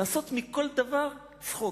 לעשות מכל דבר צחוק.